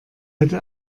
hätte